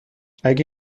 اگه